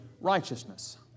righteousness